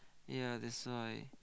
ya that's why